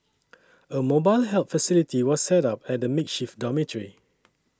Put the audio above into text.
a mobile help facility was set up at the makeshift dormitory